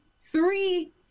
three